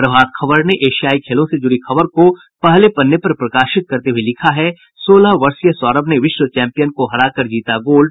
प्रभात खबर ने एशियाई खेलों से जुड़ी खबर को पहले पन्ने पर प्रकाशित करते हये लिखा है सोलह वर्षीय सौरभ ने विश्व चैंपियन को हरा कर जीता गोल्ड